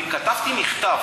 כתבתי מכתב.